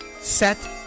Set